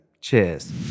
Cheers